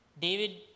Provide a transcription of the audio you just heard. David